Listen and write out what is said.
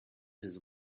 his